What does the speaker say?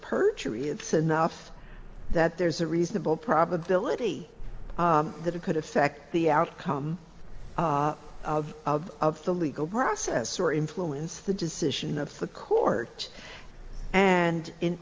perjury it's enough that there's a reasonable probability that it could affect the outcome of of the legal process or influence the decision of the court and in